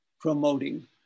promoting